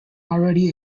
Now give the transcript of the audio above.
already